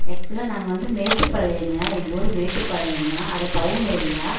ஆக்ச்சுவலா நாங்கள் வந்து மேட்டுப்பாளையங்க எங்கள் ஊர் மேட்டுப்பாளையந்தான் அது டவுன் ஏரியா